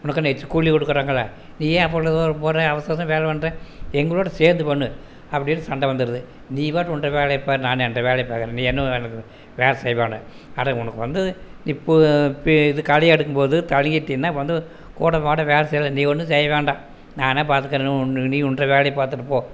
உனக்கென்ன ஏதாச்சும் கூலி கொடுக்குறாங்களா நீ ஏன் போகிற அவசர அவசரம்ன்னு வேலை பண்ணுற எங்களோட சேர்ந்து பண்ணு அப்படின்னு சண்டை வந்துருது நீ பாட்டு உன்ற வேலையை பார் நான் என்ற வேலையை பார்க்குறேன் நீ ஒன்றும் எனக்கு வேலை செய்வோணா அட உனக்கு வந்து இப்போ பே இது காலியாக இருக்கும்போது வந்து கூட மாட வேலை செய்யலாம் நீ ஒன்றும் செய்ய வேண்டாம் நானே பார்த்துக்குறேன்னு நீ உன்ற வேலையை பார்த்துட்டு போ